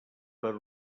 per